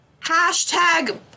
Hashtag